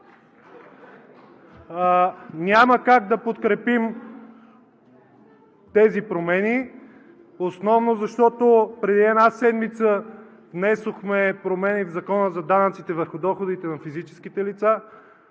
няма как да подкрепим тези промени основно защото преди една седмица внесохме промени в Закона за данъците върху доходите на физическите лица,